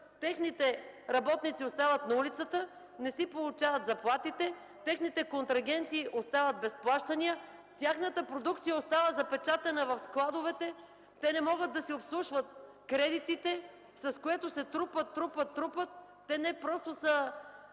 техните работници остават на улицата, не си получават заплатите, техните контрагенти остават без плащания, тяхната продукция остава запечатана в складовете, не могат да си обслужват кредитите, с което те се трупат. Те не просто са